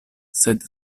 sed